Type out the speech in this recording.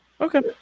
Okay